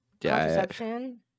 Contraception